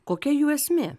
kokia jų esmė